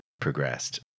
progressed